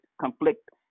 conflict